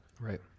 Right